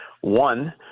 One